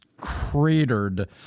cratered